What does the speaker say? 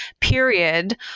period